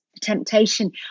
temptation